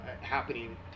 happening